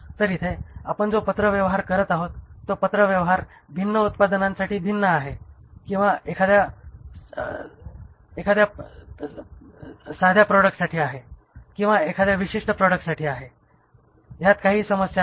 तर इथे आपण जो पत्रव्यवहार करत आहोत तो पत्रव्यवहार भिन्न उत्पादनांसाठी भिन्न आहे किंवा एखाद्या साध्या प्रॉडक्टसाठी आहे किंवा एखाद्या विशिष्ट प्रॉडक्टसाठी आहे त्यात काहीही समस्या नाही